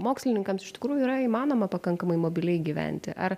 mokslininkams iš tikrųjų yra įmanoma pakankamai mobiliai gyventi ar